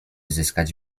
zyskać